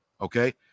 okay